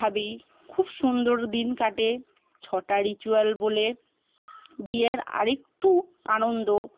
ভাবে খুব সুন্দর দিন কাটে ছটা রিচুয়াল বলে বিয়ের আরেকটু আনন্দ